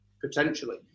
potentially